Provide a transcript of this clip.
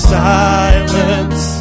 silence